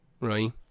right